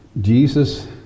Jesus